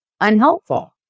unhelpful